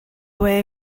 way